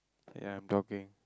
ya I'm talking